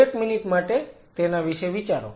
એક મિનિટ માટે તેના વિશે વિચારો